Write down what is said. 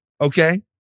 Okay